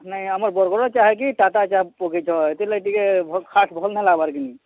ନାଇଁ ଆମର୍ ବରଗଡ଼୍ର ଚାହା କି ଟାଟା ଚାହା ପକେଇଚ ହେଥିଲାଗି ଟିକେ ଭଲ୍ ଖାସ୍ ଭଲ୍ ନାଇଁ ଲାଗ୍ବାର୍ କି ନାଇଁ